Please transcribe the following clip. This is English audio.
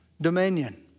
dominion